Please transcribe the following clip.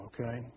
okay